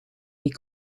die